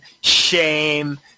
shame